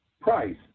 Price